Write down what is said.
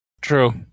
True